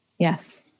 yes